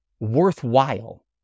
worthwhile